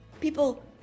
People